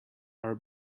are